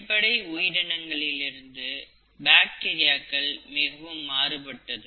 அடிப்படை உயிரினங்களிலிருந்து பாக்டீரியாக்கள் மிகவும் மாறுபட்டது